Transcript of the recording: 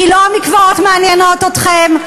כי לא המקוואות מעניינים אתכם.